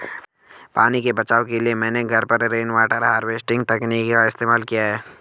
पानी के बचाव के लिए मैंने घर पर रेनवाटर हार्वेस्टिंग तकनीक का इस्तेमाल किया है